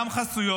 גם חסויות,